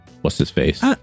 What's-His-Face